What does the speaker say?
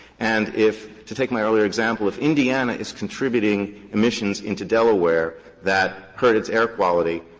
and if, to take my other example, if indiana is contributing emissions into delaware that hurt its air quality,